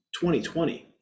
2020